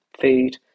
food